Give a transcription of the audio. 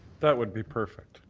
that would be perfect.